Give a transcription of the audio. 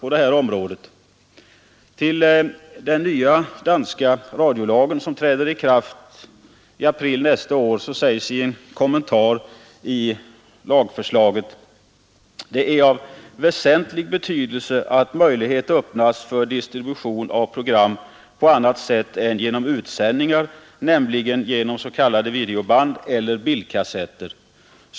I en kommentar till den nya danska radiolagen, som träder i kraft i april nästa år, sägs att det är av väsentlig betydelse att möjlighet öppnas för distribution av program på annat sätt än genom utsändningar, nämligen genom s.k. videoband eller bildkassetter.